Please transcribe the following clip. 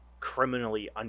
criminally